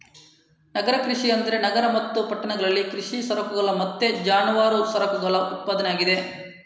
ನಗರ ಕೃಷಿ ಅಂದ್ರೆ ನಗರ ಮತ್ತು ಪಟ್ಟಣಗಳಲ್ಲಿ ಕೃಷಿ ಸರಕುಗಳ ಮತ್ತೆ ಜಾನುವಾರು ಸರಕುಗಳ ಉತ್ಪಾದನೆ ಆಗಿದೆ